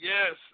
Yes